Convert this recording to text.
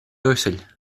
uasail